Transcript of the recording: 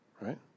right